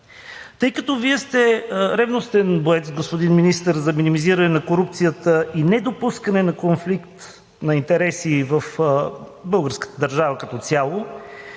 Тъй като Вие сте ревностен боец, господин Министър, за минимизиране на корупцията и недопускане на конфликт на интереси в българската държава като цяло,